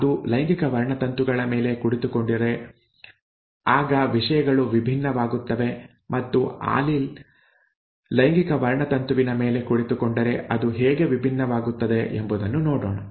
ಅದು ಲೈಂಗಿಕ ವರ್ಣತಂತುಗಳ ಮೇಲೆ ಕುಳಿತುಕೊಂಡರೆ ಆಗ ವಿಷಯಗಳು ವಿಭಿನ್ನವಾಗುತ್ತವೆ ಮತ್ತು ಆಲೀಲ್ ಲೈಂಗಿಕ ವರ್ಣತಂತುವಿನ ಮೇಲೆ ಕುಳಿತುಕೊಂಡರೆ ಅದು ಹೇಗೆ ವಿಭಿನ್ನವಾಗುತ್ತದೆ ಎಂಬುದನ್ನು ನೋಡೋಣ